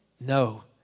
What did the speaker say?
no